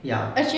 ya